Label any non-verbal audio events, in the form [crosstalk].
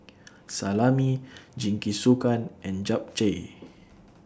[noise] Salami Jingisukan and Japchae [noise]